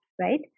right